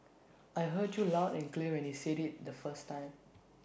I heard you loud and clear when you said IT the first time